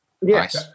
Yes